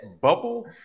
Bubble